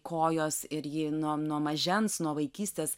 kojos ir ji nuo nuo mažens nuo vaikystės